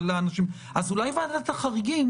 אז אולי ועדת החריגים,